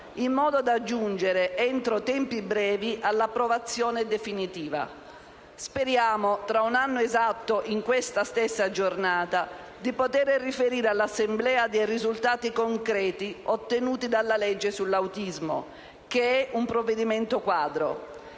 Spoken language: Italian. in modo da giungere, entro tempi brevi, all'approvazione definitiva. Speriamo, tra un anno esatto, in questa stessa giornata, di poter riferire all'Assemblea dei risultati concreti ottenuti dalla legge sull'autismo, che è un provvedimento quadro.